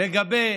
לגבי